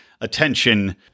attention